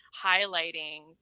highlighting